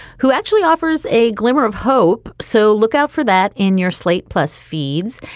who actually offers a glimmer of hope. so look out for that in your slate plus feeds.